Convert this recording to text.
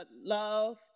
love